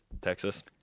Texas